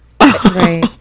Right